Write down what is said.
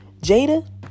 Jada